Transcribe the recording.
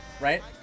right